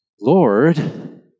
Lord